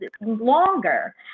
longer